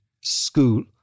school